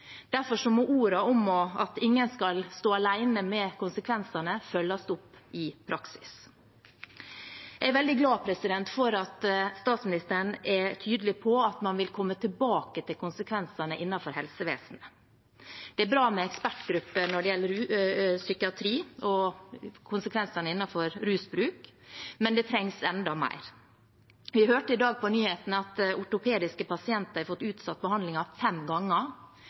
Derfor må ordene om at «ingen skal stå igjen alene» med konsekvensene følges opp i praksis. Jeg er veldig glad for at statsministeren er tydelig på at man vil komme tilbake til konsekvensene innenfor helsevesenet. Det er bra med ekspertgrupper når det gjelder psykiatri og konsekvensene innenfor rusbruk, men det trengs enda mer. Vi hørte i dag på nyhetene at ortopediske pasienter har fått utsatt behandlingen fem ganger.